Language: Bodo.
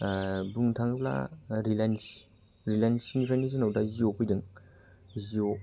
बुंनो थाङोब्ला रिलाइन्स रिलाइन्सनिफ्रायनो जोंनाव दा जिय' फैदों जिय'